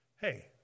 Hey